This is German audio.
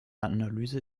analyse